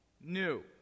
new